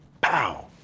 pow